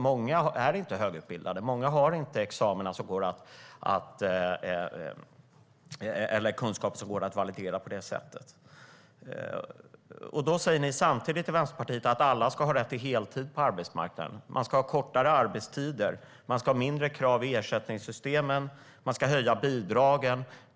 Många av dem är inte högutbildade och har inte kunskaper som går att validera. Samtidigt säger ni i Vänsterpartiet att alla ska ha rätt till heltid på arbetsmarknaden. Man ska ha kortare arbetstider. Man ska ha lägre krav i ersättningssystemen. Man ska höja bidragen.